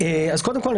קודם כל,